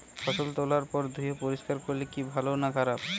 ফসল তোলার পর ধুয়ে পরিষ্কার করলে কি ভালো না খারাপ?